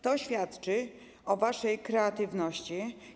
To świadczy o waszej kreatywności.